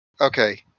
Okay